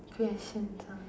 questions ah